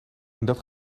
dat